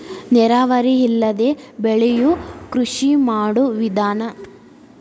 ನೇರಾವರಿ ಇಲ್ಲದೆ ಬೆಳಿಯು ಕೃಷಿ ಮಾಡು ವಿಧಾನಾ